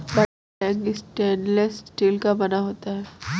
बड़ा tank stainless steel का बना होता है